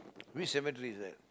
which cemetery is that